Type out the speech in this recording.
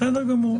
בסדר גמור.